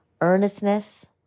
earnestness